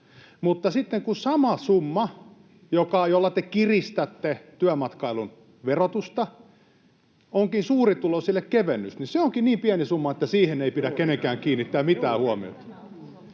Mutta sitten kun sama summa, jolla te kiristätte työmatkailun verotusta, onkin suurituloisille kevennys, niin se onkin niin pieni summa, että siihen ei pidä kenenkään kiinnittää mitään huomiota.